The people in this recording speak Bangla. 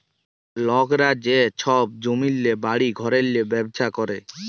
লকরা যে ছব জমিল্লে, বাড়ি ঘরেল্লে ব্যবছা ক্যরে